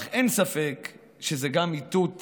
אך אין ספק שזה גם איתות